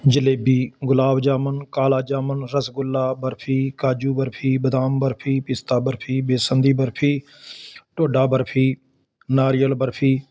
ਜਲੇਬੀ ਗੁਲਾਬ ਜਾਮਨ ਕਾਲਾ ਜਾਮਨ ਰਸਗੁੱਲਾ ਬਰਫ਼ੀ ਕਾਜੂ ਬਰਫ਼ੀ ਬਦਾਮ ਬਰਫ਼ੀ ਪੀਸਤਾ ਬਰਫ਼ੀ ਬੇਸਨ ਦੀ ਬਰਫ਼ੀ ਢੋਡਾ ਬਰਫ਼ੀ ਨਾਰੀਅਲ ਬਰਫ਼ੀ